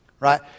right